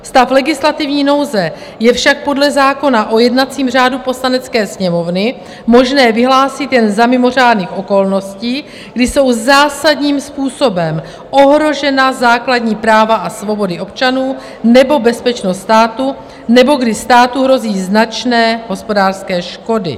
Stav legislativní nouze je však podle zákona o jednacím řádu Poslanecké sněmovny možné vyhlásit jen za mimořádných okolností, kdy jsou zásadním způsobem ohrožena základní práva a svobody občanů nebo bezpečnost státu nebo kdy státu hrozí značné hospodářské škody.